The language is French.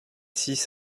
six